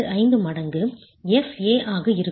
25 மடங்கு Fa ஆக இருக்கும்